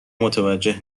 متوجه